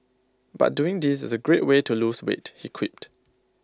but doing this is A great way to lose weight he quipped